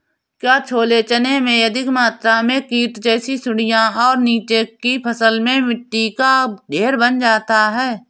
क्या छोले चने में अधिक मात्रा में कीट जैसी सुड़ियां और नीचे की फसल में मिट्टी का ढेर बन जाता है?